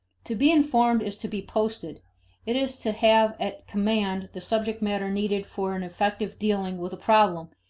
to be informed is to be posted it is to have at command the subject matter needed for an effective dealing with a problem,